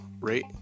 rate